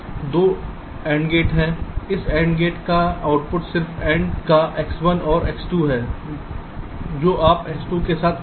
दो AND gate हैं इस AND गेट का आउटपुट सिर्फ AND का X1 और X2 है जो आप X2 के साथ कर रहे हैं